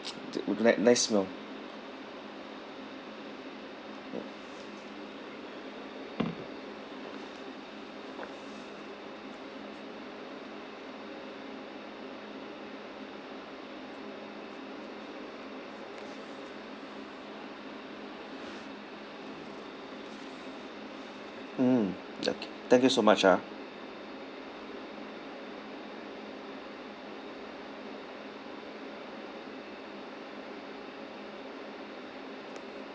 like nice smell mm okay thank you so much ah